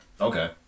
Okay